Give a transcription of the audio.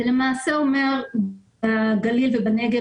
זה למעשה אומר שבגליל ובנגב,